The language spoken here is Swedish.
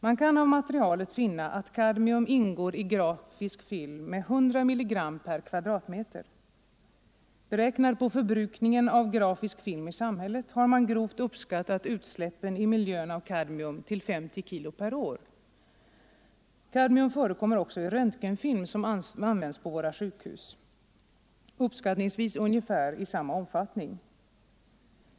Vi kan av materialet finna att kadmium ingår i grafisk film med 100 mg per m”. Beräknat på förbrukningen av grafisk film i samhället har man grovt uppskattat utsläppen i miljön av kadmium till 50 kg per år. Kadmium förekommer också i röntgenfilm som används på våra sjukhus, uppskattningsvis i ungefär samma omfattning.